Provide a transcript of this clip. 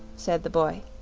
said the boy.